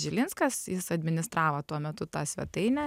žilinskas jis administravo tuo metu tą svetainę